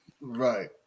Right